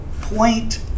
point